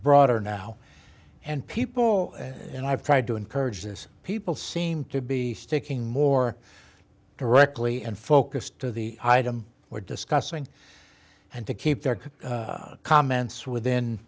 broader now and people and i've tried to encourage this people seem to be sticking more directly and focused to the item we're discussing and to keep their cool comments within